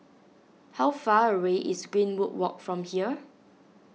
how far away is Greenwood Walk from here